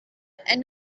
and